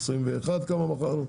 בשנת 2021 כמה מכרנו,